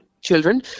children